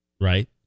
right